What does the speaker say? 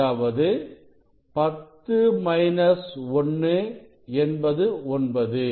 அதாவது10 minus 1 என்பது 9